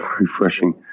refreshing